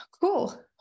cool